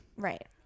Right